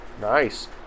Nice